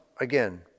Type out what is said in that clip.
again